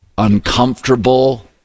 uncomfortable